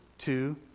two